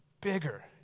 bigger